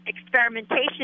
experimentation